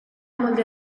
molde